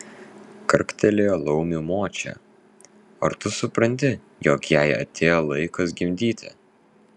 karktelėjo laumių močia ar tu supranti jog jai atėjo laikas gimdyti